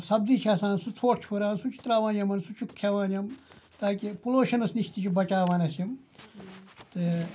سبزی چھِ آسان سُہ ژھۄٹھ چھُ ہُران سُہ چھِ ترٛاوان یِمَن سُہ چھُ کھٮ۪وان یِم تاکہِ پُلوٗشَنَس نِش تہِ چھِ بَچاوان اَسہِ یِم تہٕ